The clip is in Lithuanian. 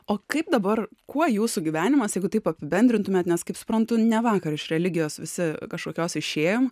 o kaip dabar kuo jūsų gyvenimas jeigu taip apibendrintumėt nes kaip suprantu ne vakar iš religijos visi kažkokios išėjom